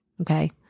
okay